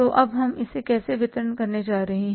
तो अब हम कैसे वितरण करने जा रहे हैं